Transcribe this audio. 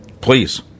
please